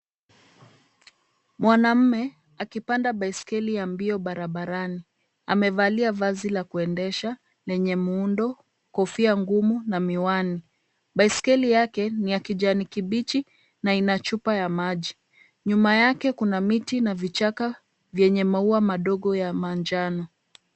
Mwanume akipanda baiskeli ya mbio barabarani. Amevalia vazi la kuendesha lenye muundo, kofia ngumu na miwani. Baiskei lake ni ya kijani kibichi na ina chupa ya maji. Nyuma yake kuna miti na vichaka vyenye maua madogo ya manjano.